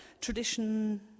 tradition